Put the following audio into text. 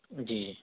جی